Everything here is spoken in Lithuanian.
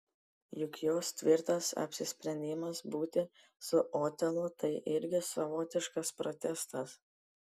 juk jos tvirtas apsisprendimas būti su otelu tai irgi savotiškas protestas